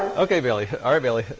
ok bailey. alright bailey.